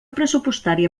pressupostària